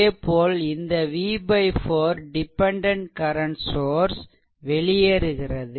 அதேபோல் இந்த v 4 dependent current source வெளியேறுகிறது